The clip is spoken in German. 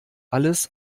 alles